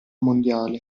mondiale